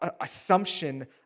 assumption